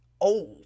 old